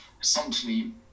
essentially